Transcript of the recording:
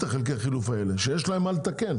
החלקי חילוף האלה שיש להם עם מה לתקן,